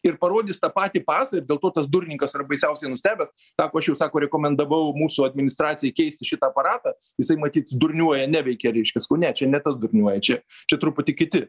ir parodys tą patį pasą ir dėl to tas durininkas yra baisiausiai nustebęs sako aš jau sako rekomendavau mūsų administracijai keisti šitą aparatą jisai matyt durniuoja neveikia reiškias sakau ne čia ne tas durniuoja čia čia truputį kiti